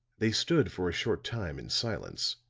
they stood for a short time in silence